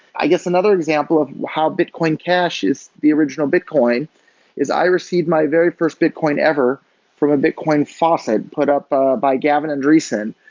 i guess, another example of how bitcoin cash is the original bitcoin is i received my very first bitcoin ever from a bitcoin faucet put up ah by gavin andresen,